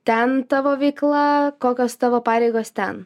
ten tavo veikla kokios tavo pareigos ten